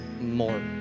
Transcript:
more